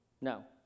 No